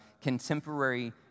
contemporary